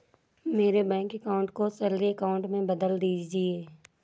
मेरे bank account को salary account में बदल दीजिए